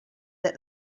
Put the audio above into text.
that